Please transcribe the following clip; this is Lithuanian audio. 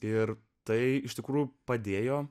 ir tai iš tikrųjų padėjo